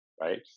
right